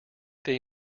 they